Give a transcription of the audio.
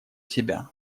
себя